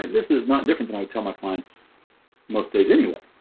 this is not different than i tell my clients most days anyway